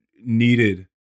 needed